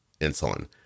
insulin